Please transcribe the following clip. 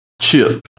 chip